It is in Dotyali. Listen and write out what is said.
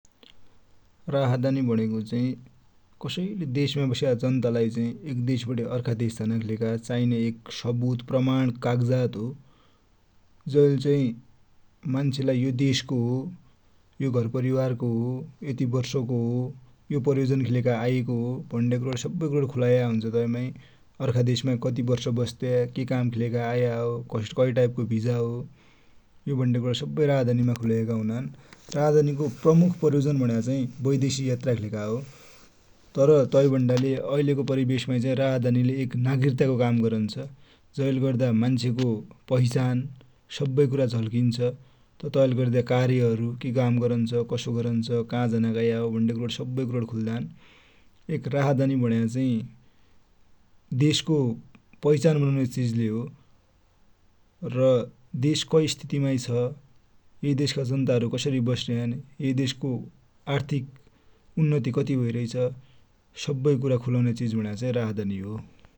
राहदानि भनेको चाहि कसै ले देश मा बसेको जनता लाइ एक देश बठे अर्का देश झानाकि लेखा चाइने एक सबुत प्रमाण, कागज हो। जै ले चाहि मान्छेलाइ यो देश को हो, यो घर परिवार को हो, यति बर्स को हो, यो प्रयोजन कि लेखा आएको हो भन्डे सबै कुरा खुलाएको हुन्छ तैमाइ, अर्का देश माइ कति बर्श बस्ने के काम कि लेखा आया हो, कै टाइप को भिसा हो यो सब्बै राहादानि मा खुलाएको हुन्छ। राहादानि को प्रमुख प्रयोजन भनेको चाइ बैदेसिक यात्रा कि लेखा हो, तर तै भन्दा ले ऐले को परिबेस मा चाइ राहादानि ले एक नागरिकता को काम गरन्छ । जैले गर्दा मान्छे को पहिचान सबै कुरा झल्किन्छ। तैले गर्ने कार्य हरु क काम गरन्छ, कसो गरन्छ, का झानाकि आया हो भन्ड्या सबै कुरा खुल्दानु। एक राहादानि भनेको चाहि देश को पहिचान बनौने चिज ले हो र देश कै स्तिथि माइ छ, यै देश का जनता हरु कसरि बस्याछ्न। यै देश को आर्थिक उन्नति कति भैरैछ सबै कुरा खुलौन्या चिज भनेको राहदानि हो ।